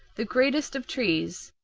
the greatest of trees,